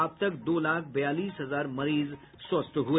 अब तक दो लाख बयालीस हजार मरीज स्वस्थ हुए